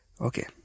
Okay